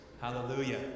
Hallelujah